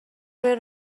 روی